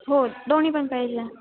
हो दोन्ही पण पाहिजे